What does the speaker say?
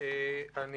צוהריים טובים כולם.